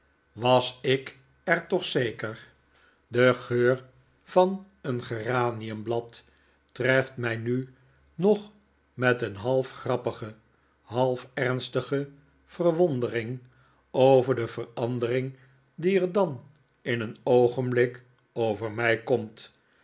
was i k er toch zeker de geur van een geraniumblad treft mij nu nog met een half grappige half ernstige verwondering over de verandering die er dan in een oogenblik over mij komt